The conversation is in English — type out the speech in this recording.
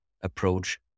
approach